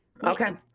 Okay